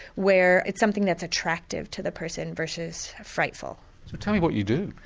where it's something that's attractive to the person versus frightful. so tell me what you do.